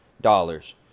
dollars